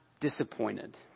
disappointed